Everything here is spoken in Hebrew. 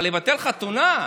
מה, לבטל חתונה?